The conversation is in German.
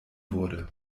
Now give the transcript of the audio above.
wurde